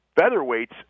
Featherweight's